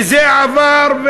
וזה עבר,